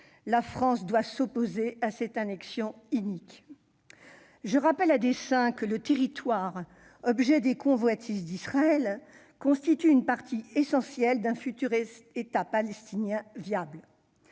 la France doit s'opposer à cette annexion inique ! Je rappelle à dessein que le territoire qui fait l'objet des convoitises d'Israël constitue une partie essentielle d'un futur État palestinien viable.